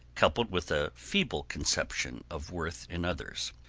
coupled with a feeble conception of worth in others.